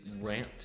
rant